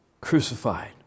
crucified